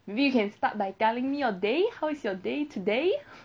maybe you can start by telling me your day how is your day today